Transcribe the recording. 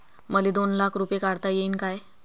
मले दोन लाख रूपे काढता येईन काय?